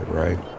right